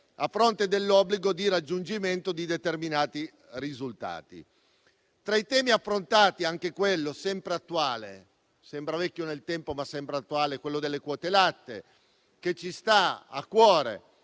a fronte dell’obbligo di raggiungimento di determinati risultati. Tra i temi affrontati, vi è anche quello - sembra vecchio nel tempo, ma è sempre attuale - delle quote latte, che ci sta a cuore